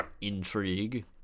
intrigue